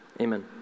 Amen